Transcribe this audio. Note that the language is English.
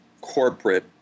corporate